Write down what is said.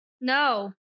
No